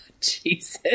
Jesus